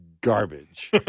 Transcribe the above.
garbage